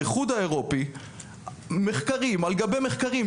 באיחוד האירופי יש מחקרים על גבי מחקרים,